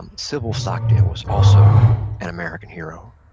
um sybil stockdale was also an american hero.